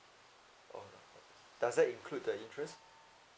oh does that include the interest